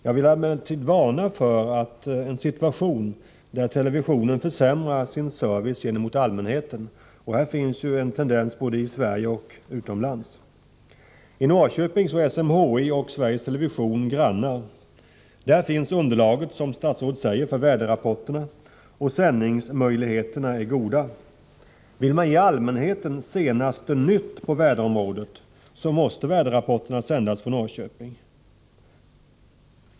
Jag vill emellertid varna för en situation där televisionen försämrar servicen gentemot allmänheten. Det finns en tendens till det både i Sverige och utomlands. I Norrköping är SMHI och Sveriges Television grannar. Där finns, som statsrådet säger, underlaget för väderrapporterna och sändningsmöjligheterna är goda. Vill man ge allmänheten senaste nytt på väderområdet, måste väderrapporterna sändas från Norrköping.